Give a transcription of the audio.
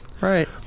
Right